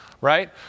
Right